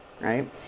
right